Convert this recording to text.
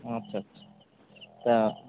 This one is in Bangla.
আচ্ছা আচ্ছা তা